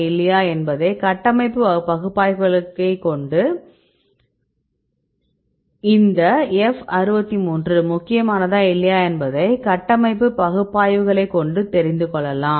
இப்போது இந்த F63 முக்கியமானதா இல்லையா என்பதை கட்டமைப்பு பகுப்பாய்வுகளை கொண்டு தெரிந்துகொள்ளலாம்